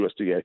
USDA